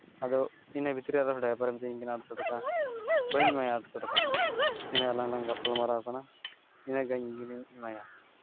ᱟᱫᱚ ᱤᱱᱟᱹ ᱵᱷᱤᱛᱨᱤ ᱨᱮ ᱰᱨᱟᱭᱵᱷᱟᱨᱮ ᱢᱤᱛᱟᱹᱧ ᱠᱟᱱᱟ ᱟᱴᱥᱚ ᱴᱟᱠᱟ ᱵᱟᱹᱧ ᱮᱢᱟᱭᱟ ᱟᱴᱥᱚ ᱴᱟᱠᱟ ᱫᱚ ᱛᱤᱱᱟᱹᱜ ᱟᱞᱟᱝ ᱞᱟᱝ ᱜᱟᱯᱟᱞᱢᱟᱨᱟᱣ ᱠᱟᱱᱟ ᱤᱱᱟᱹᱜᱟᱱ ᱜᱤᱧ ᱮᱢᱟᱭᱟ